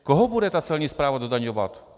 Koho bude ta celní správa dodaňovat?